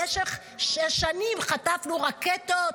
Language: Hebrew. במשך שנים חטפנו רקטות,